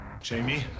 Jamie